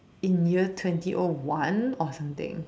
in year twenty o one or something